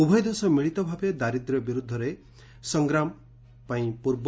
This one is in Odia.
ଉଭୟ ଦେଶ ମିଳିତ ଭାବେ ଦାରିଦ୍ର୍ୟ ବିରୋଧରେ ସଂଗ୍ରାମ ପାଇଁ ପୂର୍ବ